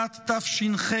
שנת תש"ח,